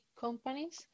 companies